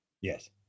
Yes